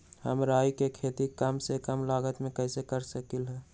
हम राई के खेती कम से कम लागत में कैसे कर सकली ह?